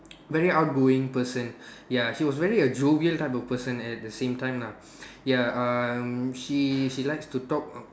very outgoing person ya she was very a jovial type of person at the same time lah ya um she she likes to talk